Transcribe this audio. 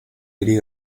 hiri